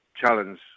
challenge